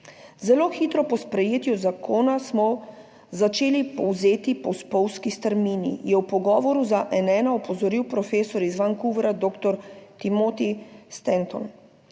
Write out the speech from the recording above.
Zelo hitro po sprejetju zakona smo začeli polzeti po spolzki strmini, je v pogovoru za N1 opozoril profesor iz Vancouvra doktor Timothy Stenton.